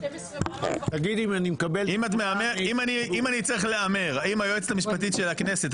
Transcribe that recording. אם אני צריך להמר האם היועצת המשפטית של הכנסת,